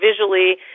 visually